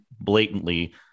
blatantly